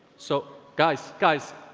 so guys, guys,